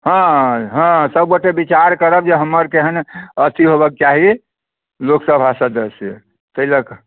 हँ हँ सब गोटे विचार करब जे हमर केहन अथी होबऽ के चाही लोकसभा सदस्य ताहि लऽ कऽ